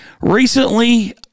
Recently